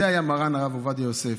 זה היה מרן הרב עובדיה יוסף.